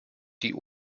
die